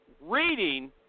reading